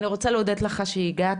אני רוצה להודות לך שהגעת.